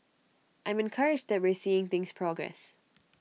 I'm encouraged that we're seeing things progress